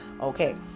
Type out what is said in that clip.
okay